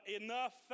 enough